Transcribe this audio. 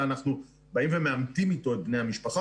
אלא אנחנו באים ומאמתים איתו את בני המשפחה.